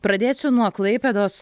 pradėsiu nuo klaipėdos